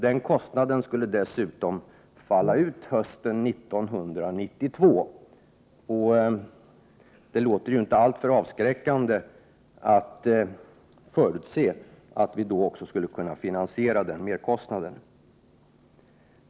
Denna kostnad skulle dessutom falla ut hösten 1992. Det låter inte alltför avskräckande att förutse att vi då skulle kunna finansiera merkostnaden.